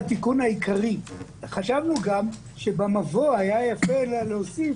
חשבנו גם שאולי היה יפה להוסיף,